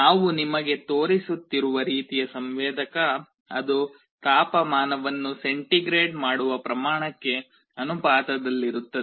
ನಾವು ನಿಮಗೆ ತೋರಿಸುತ್ತಿರುವ ರೀತಿಯ ಸಂವೇದಕ ಅದು ತಾಪಮಾನವನ್ನು ಸೆಂಟಿಗ್ರೇಡ್ ಮಾಡುವ ಪ್ರಮಾಣಕ್ಕೆ ಅನುಪಾತದಲ್ಲಿರುತ್ತದೆ